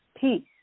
peace